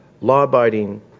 law-abiding